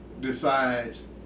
decides